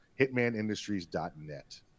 Hitmanindustries.net